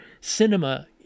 cinema